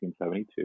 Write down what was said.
1972